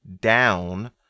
down